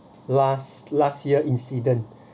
last last year incident